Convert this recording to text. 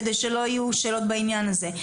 כדי שלא יהיו שאלות בעניין הזה.